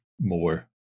more